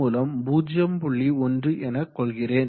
1 எனக்கொள்கிறேன்